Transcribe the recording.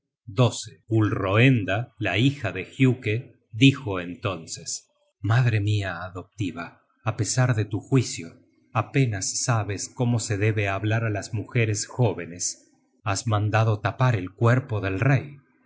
gulroenda la hija de giuke dijo entonces madre mia adoptiva a pesar de tu juicio apenas sabes cómo se debe hablar á las mujeres jó venes has mandado tapar el cuerpo del rey